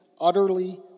utterly